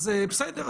אז בסדר,